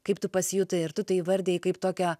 kaip tu pasijutai ir tu tai įvardijai kaip tokią